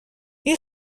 این